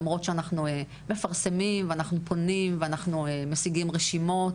למרות שאנחנו מפרסמים ואנחנו פונים ואנחנו משיגים רשימות,